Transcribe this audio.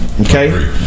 Okay